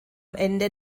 ende